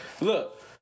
Look